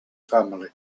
family